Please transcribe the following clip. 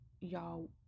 y'all